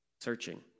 searching